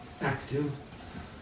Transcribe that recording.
active